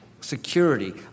security